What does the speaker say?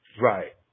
Right